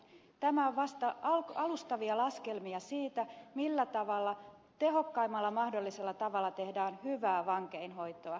nämä ovat vasta alustavia laskelmia siitä miten tehokkaimmalla mahdollisella tavalla tehdään hyvää vankeinhoitoa